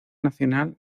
nacional